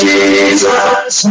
Jesus